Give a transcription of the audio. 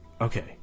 Okay